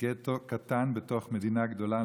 גטו קטן בתוך מדינה גדולה.